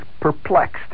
perplexed